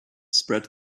spread